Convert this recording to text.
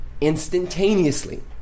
instantaneously